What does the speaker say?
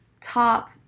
top